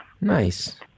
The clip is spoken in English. nice